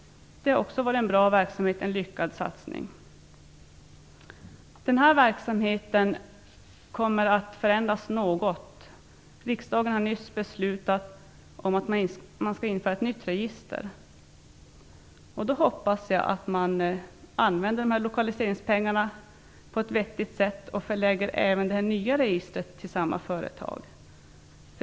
Det är också en bra verksamhet och en lyckad satsning. Den här verksamheten kommer att förändras något. Riksdagen har nyss fattat beslut om att man skall införa ett nytt register. Då hoppas jag att man använder lokaliseringspengarna på ett vettigt sätt och förlägger även det nya registret till samma företag.